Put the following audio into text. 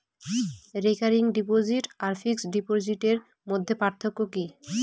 Recurring deposit আর fixed ডিপোজিটের মধ্যে পার্থক্য কি?